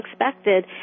expected